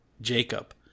Jacob